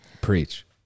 preach